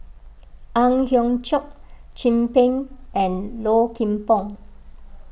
Ang Hiong Chiok Chin Peng and Low Kim Pong